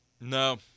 no